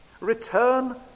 Return